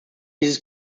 dieses